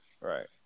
right